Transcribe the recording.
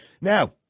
Now